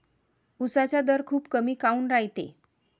उसाचा दर खूप कमी काऊन रायते?